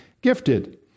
gifted